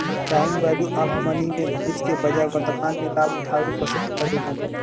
time value of money में भविष्य के बजाय वर्तमान में लाभ उठावे पसंद करेलन